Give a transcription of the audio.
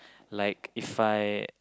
like If I